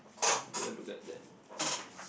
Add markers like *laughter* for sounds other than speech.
take a look at that *breath*